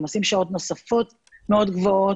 הם עושים שעות נוספות מאוד גבוהות.